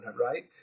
right